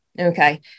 okay